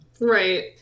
right